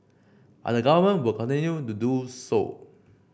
but the government will continue to do so